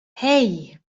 hei